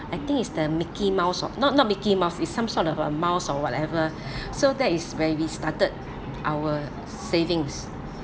I think it's the mickey mouse oh not not mickey mouse is some sort of a mouse or whatever so that is where we started our savings